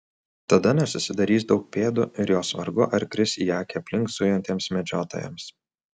tada nesusidarys daug pėdų ir jos vargu ar kris į akį aplink zujantiems medžiotojams